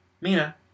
Mina